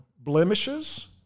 blemishes